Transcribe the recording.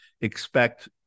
expect